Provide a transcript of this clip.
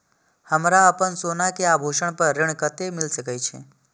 हमरा अपन सोना के आभूषण पर ऋण कते मिल सके छे?